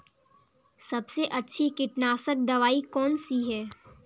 सबसे अच्छी कीटनाशक दवाई कौन सी है?